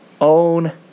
own